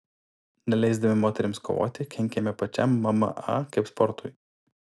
neleisdami moterims kovoti kenkiame pačiam mma kaip sportui